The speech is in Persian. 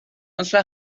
مثل